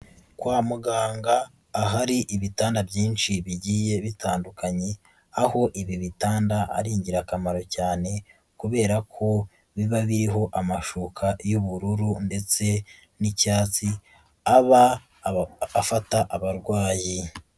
Kwa muganga, ahari ibitanda byinshi bigiye bitandukanye, aho ibi bitanda ari ingirakamaro cyane kubera ko biba biriho amashuka y'ubururu ndetse n'icyatsi aba afata abarwayi.